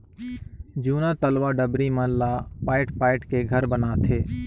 जूना तलवा डबरी मन ला पायट पायट के घर बनाथे